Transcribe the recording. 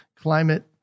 climate